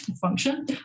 function